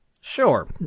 Sure